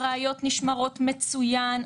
הראיות נשמרות מצוין,